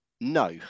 No